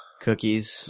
cookies